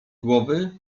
głowy